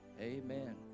amen